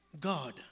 God